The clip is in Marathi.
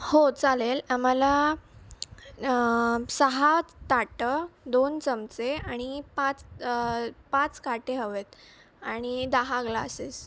हो चालेल आम्हाला सहा ताटं दोन चमचे आणि पाच पाच काटे हवे आहेत आणि दहा ग्लासेस